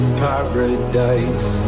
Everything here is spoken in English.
paradise